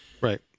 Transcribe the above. right